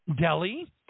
delhi